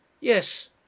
Yes